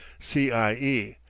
c. i. e,